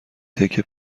تکه